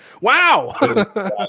Wow